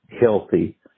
healthy